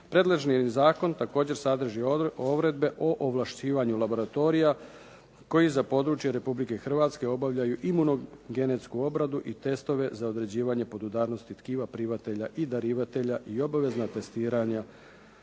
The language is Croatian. Predloženi zakon također sadrži odredbe o ovlašćivanju laboratorija koji za područje Republike Hrvatske obavljaju imunogenetsku obradu i testove za određivanje podudarnosti tkiva primatelja i darivatelja i obavezna testiranja